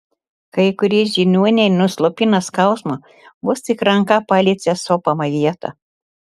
kai kurie žiniuoniai nuslopina skausmą vos tik ranka paliečia sopamą vietą